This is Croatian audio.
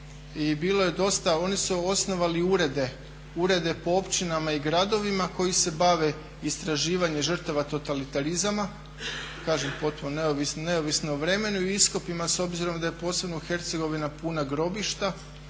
odakle dolaze. Oni su osnovali urede po općinama i gradovima koji se bave istraživanjem žrtava totalitarizama kažem potpuno neovisno o vremenu i iskopima s obzirom da je posebno Hercegovina puna grobišta,